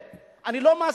אני לא רוצה,